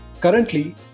Currently